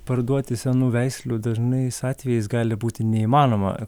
parduoti senų veislių dažnais atvejais gali būti neįmanoma